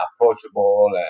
approachable